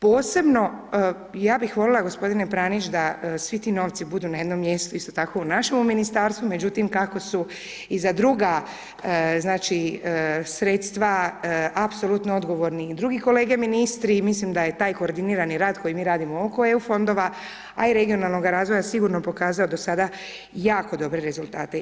Posebno, ja bi volila g. Pranić da svi ti novci budu na jednom mjestu, isto tako u našem ministarstvu, međutim, kako su i za druga sredstva apsolutno odgovorni i drugi kolege ministri i mislim da je taj korigirani rad koji mi radimo oko EU fondova a i regionalnoga razvoja sigurno pokazao do sad jako dobre rezultate.